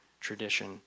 tradition